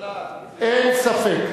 אין ספק.